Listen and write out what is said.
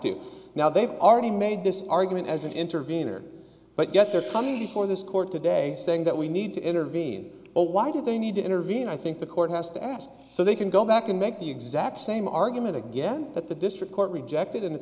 to now they've already made this argument as an intervenor but yet they're coming before this court today saying that we need to intervene why do they need to intervene i think the court has to ask so they can go back and make the exact same argument again that the district court rejected